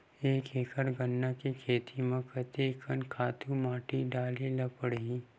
एक एकड़ गन्ना के खेती म कते कन खातु माटी डाले ल पड़ही?